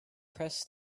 press